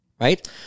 Right